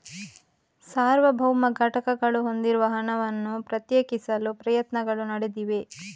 ಸಾರ್ವಭೌಮ ಘಟಕಗಳು ಹೊಂದಿರುವ ಹಣವನ್ನು ಪ್ರತ್ಯೇಕಿಸಲು ಪ್ರಯತ್ನಗಳು ನಡೆದಿವೆ